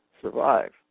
survive